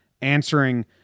answering